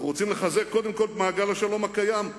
אנחנו רוצים לחזק קודם כול את מעגל השלום הקיים,